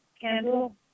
candle